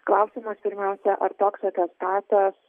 klausimas pirmiausia ar toks atestatas